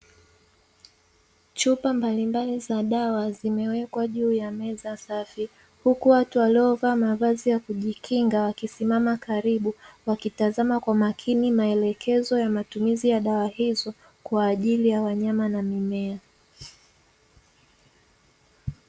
Chupa mbalimbali za dawa zimewekwa juu ya meza safi, huku watu waliovaa mavazi ya kujikinga wakisimama karibu, wakitazama kwa makini maelekezo ya matumizi ya dawa hizo, kwa ajili ya wanyama na mimea.